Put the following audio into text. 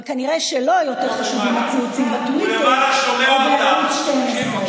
אבל כנראה שלו יותר חשובים הציוצים בטוויטר ובערוץ 12. הוא למעלה,